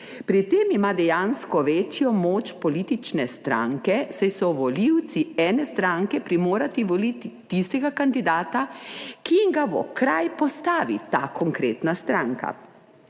Pri tem ima dejansko večjo moč politične stranke, saj so volivci ene stranke primorani voliti tistega kandidata, ki jim ga v kraj postavi ta konkretna stranka.